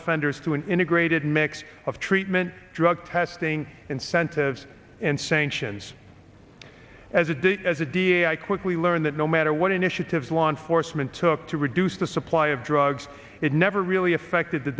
offenders to an integrated mix of treatment drug testing incentives and sanctions as a day as a da i quickly learned that no matter what initiatives law enforcement took to reduce the supply of drugs it never really affected the